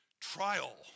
Trial